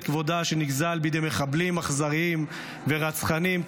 כבודה שנגזל בידי מחבלים אכזריים ורצחניים,